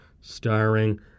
starring